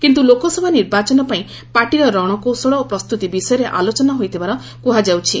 କିନ୍ତୁ ଲୋକସଭା ନିର୍ବାଚନ ପାଇଁ ପାର୍ଟିର ରଣକୌଶଳ ଓ ପ୍ରସ୍ତୁତି ବିଷୟରେ ଆଲୋଚନା ହୋଇଥିବାର କୁହାଯାଉଛି